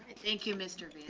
thank you mr. bean.